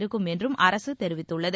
இருக்கும் என்றும் அரசு தெரிவித்துள்ளது